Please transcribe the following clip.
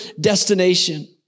destination